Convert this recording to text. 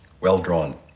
Well-drawn